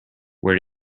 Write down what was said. where